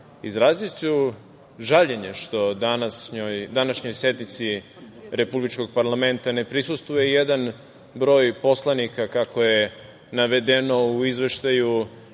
izraziću žaljenje što današnjoj sednici republičkog parlamenta ne prisustvuje jedan broj poslanika kako je navedeno u Izveštaju